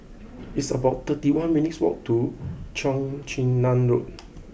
it's about thirty one minutes' walk to Cheong Chin Nam Road